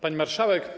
Pani Marszałek!